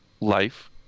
life